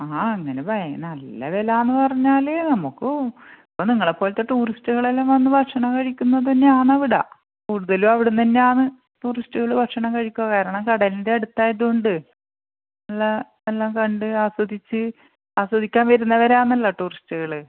ആ അങ്ങനെ നല്ല വിലയെന്ന് പറഞ്ഞാൽ നമുക്ക് ഇപ്പം നിങ്ങളെപ്പോലത്തെ ടൂറിസ്റ്റുകളെല്ലാം വന്ന് ഭക്ഷണം കഴിക്കുന്നതു തന്നെയാണിവിടെ കൂടുതലും അവിടെ നിന്നുതന്നെയാന്ന് ടൂറിസ്റ്റുകൾ ഭക്ഷണം കഴിക്കുക കാരണം കടലിൻ്റെ അടുത്തായതുകൊണ്ട് എല്ലാ എല്ലാം കണ്ട് ആസ്വദിച്ച് ആസ്വദിക്കാൻ വരുന്നവരാന്നല്ലോ ടൂറിസ്റ്റുകൾ